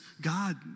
God